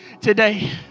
today